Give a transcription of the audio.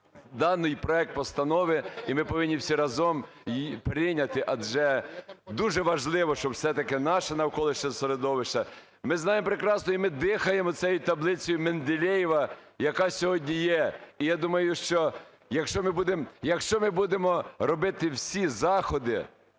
даний проект постанови, і ми повинні всі разом її прийняти. Адже дуже важливо, щоб все-таки наше навколишнє середовище… ми знаємо прекрасно, і ми дихаємо цією таблицею Менделєєва, яка сьогодні є. І я думаю, що, якщо ми будемо… якщо ми будемо робити всі заходи,